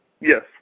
Yes